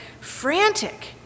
frantic